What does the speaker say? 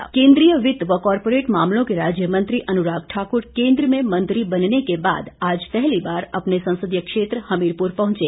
अनुराग ठाकुर केन्द्रीय वित्त व कॉरपोरेट मामलों के राज्य मंत्री अनुराग ठाकुर केंद्र में मंत्री बनने के बाद आज पहली बार अपने संसदीय क्षेत्र हमीरपुर पहुंचे